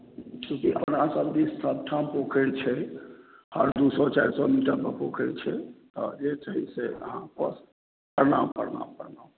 ठीके कहलहुँ अहाँ सभदिश सभठाम पोखरि छै हर दू सए चारि सए मिटरपर पोखरि छै आओर जे छै से अहाँके प्रणाम प्रणाम प्रणाम